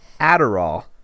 Adderall